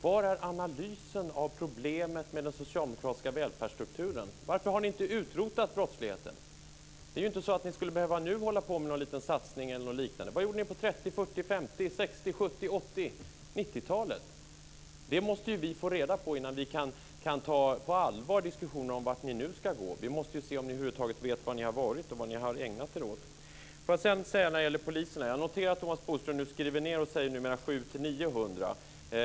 Var är analysen av problemet med den socialdemokratiska välfärdsstrukturen? Varför har ni inte utrotat brottsligheten? Det räcker inte med någon liten satsning i dag. Vad gjorde ni på 30-, 40-, 50-, 60-, 70-, 80 och 90-talet? Det måste vi får reda på innan vi kan ta diskussionen om vart ni nu ska gå på allvar. Vi måste se om ni över huvud taget vet var ni har varit och vad ni har ägnat er åt. Vad gäller poliserna noterar jag att Thomas Bodström skriver ned antalet poliser och nämner siffrorna 700-900.